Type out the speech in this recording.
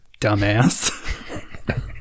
dumbass